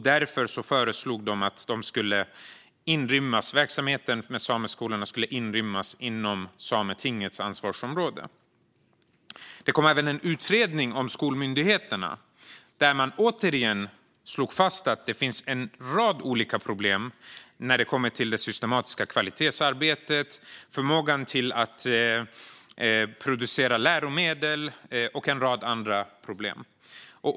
Därför föreslog Riksrevisionen att verksamheten med sameskolorna skulle inrymmas inom Sametingets ansvarsområde. Det kom även en utredning om skolmyndigheterna där man återigen slog fast att det finns en rad olika problem när det kommer till det systematiska kvalitetsarbetet, förmågan att producera läromedel och en rad andra problem.